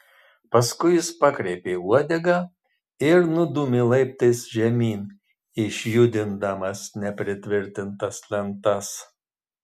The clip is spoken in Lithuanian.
paskui jis pakreipė uodegą ir nudūmė laiptais žemyn išjudindamas nepritvirtintas lentas